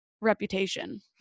reputation